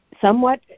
somewhat